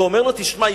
ואומר לו: תשמע,